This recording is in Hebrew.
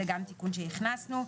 זה גם תיקון שהכנסנו.